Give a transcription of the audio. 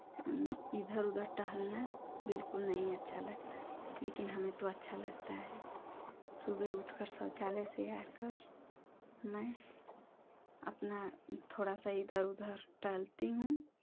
इधर उधर टहलना बिल्कुल नहीं अच्छा लगता लेकिन हमें तो अच्छा लगता है सुबह उठकर शौचालय से आकर मैं अपना थोड़ा सा इधर उधर टहलती हूँ